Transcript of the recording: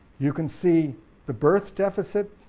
you can see the birth deficit,